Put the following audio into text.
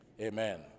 Amen